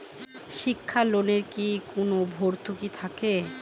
শিক্ষার লোনে কি কোনো ভরতুকি থাকে?